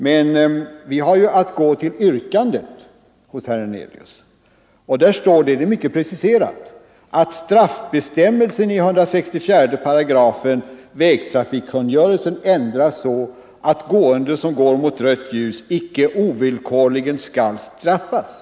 Men utskottet måste hålla sig till yrkandet i motionen, nämligen att ”straffbestämmelsen i 164 § p. 7 vägtrafikkungörelsen ändras så att gående som går mot rött ljus icke ovillkorligen skall straffas”.